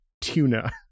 tuna